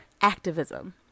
activism